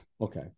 Okay